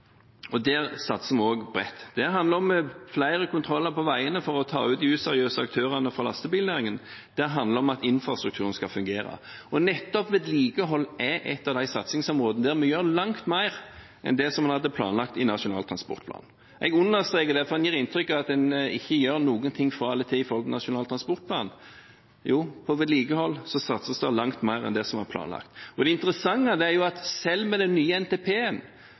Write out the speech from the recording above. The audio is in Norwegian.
Der satser vi også bredt. Det handler om flere kontroller på veiene for å ta ut de useriøse aktørene fra lastebilnæringen, det handler om at infrastrukturen skal fungere. Nettopp vedlikehold er et av satsingsområdene der vi gjør langt mer enn man hadde planlagt i Nasjonal transportplan. Jeg understreker det fordi man gir inntrykk av at man ikke gjør noen ting fra eller til med tanke på Nasjonal transportplan. Jo, på vedlikehold satses det langt mer enn det som var planlagt. Det interessante er at selv med den nye